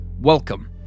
Welcome